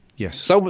Yes